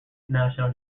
national